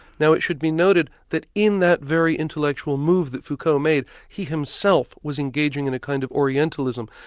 now it should be noted that in that very intellectual move that foucault made, he himself was engaging in a kind of orientalism,